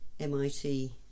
MIT